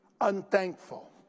unthankful